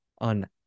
on